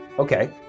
Okay